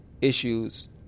issues